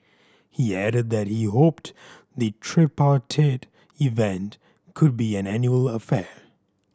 he added that he hoped the tripartite event could be an annual affair